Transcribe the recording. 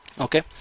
okay